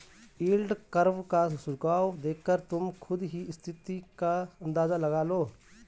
yield curve का झुकाव देखकर तुम खुद ही स्थिति का अंदाजा लगा लो